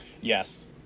Yes